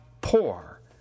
poor